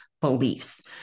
beliefs